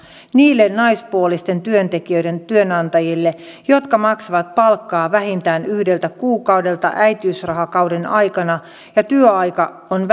niille naispuolisten työntekijöiden työnantajille jotka maksavat palkkaa vähintään yhdeltä kuukaudelta äitiysrahakauden aikana kun työaika on